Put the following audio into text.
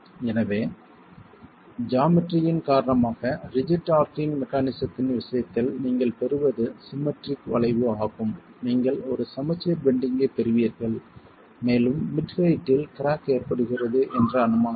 எனவே ஜாமெட்ரி இன் காரணமாக ரிஜிட் ஆர்ச்சிங் மெக்கானிசத்தின் விஷயத்தில் நீங்கள் பெறுவது சிம்மட்ரிக் வளைவு ஆகும் நீங்கள் ஒரு சமச்சீர் பெண்டிங்கைப் பெறுவீர்கள் மேலும் மிட் ஹெயிட்டில் கிராக் ஏற்படுகிறது என்ற அனுமானத்துடன்